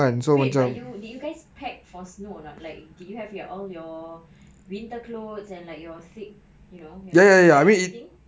wait but you but did you guys packed for snow or not like did you have your all your winter clothes and like your thick you know you have the thick wear and everything